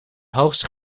hoogste